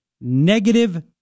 negative